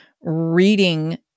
reading